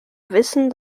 wissen